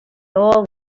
old